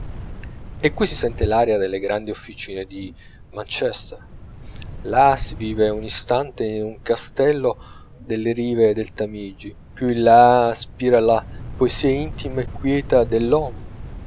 e qui si sente l'aria delle grandi officine di manchester là si vive un istante in un castello delle rive del tamigi più in là spira la poesia intima e quieta dell'home